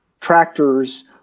tractors